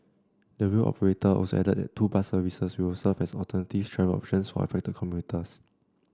the rail operator also added that two bus services will serve as alternative travel options for affected commuters